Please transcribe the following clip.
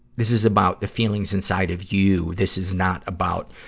this is about the feelings inside of you. this is not about,